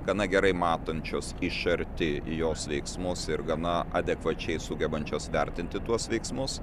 gana gerai matančios iš arti jos veiksmus ir gana adekvačiai sugebančios vertinti tuos veiksmus